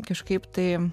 kažkaip tai